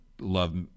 Love